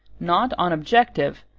not on objective,